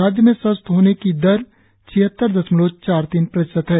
राज्य में स्वस्थ होने के दर छिहत्तर दशमलव चार तीन प्रतिशत है